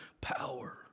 power